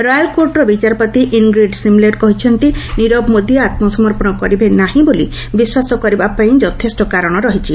royal କୋର୍ଟ୍ର ବିଚାରପତି Ingrid Simler କହିଛନ୍ତି ନିରବ ମୋଦି ଆତ୍ମ ସମର୍ପଶ କରିବେ ନାହିଁ ବୋଲି ବିଶ୍ୱାସ କରିବା ପାଇଁ ଯଥେଷ୍ଟ କାରଣ ରହିଛି